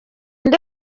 nde